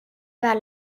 pas